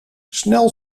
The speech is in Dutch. snel